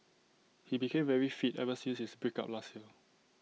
he became very fit ever since his break up last year